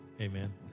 amen